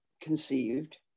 conceived